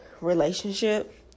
relationship